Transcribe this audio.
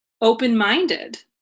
open-minded